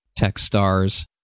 Techstars